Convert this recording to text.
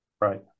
Right